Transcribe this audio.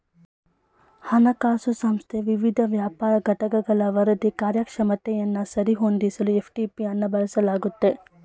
ಹಣಕಾಸು ಸಂಸ್ಥೆ ವಿವಿಧ ವ್ಯಾಪಾರ ಘಟಕಗಳ ವರದಿ ಕಾರ್ಯಕ್ಷಮತೆಯನ್ನ ಸರಿ ಹೊಂದಿಸಲು ಎಫ್.ಟಿ.ಪಿ ಅನ್ನ ಬಳಸಲಾಗುತ್ತೆ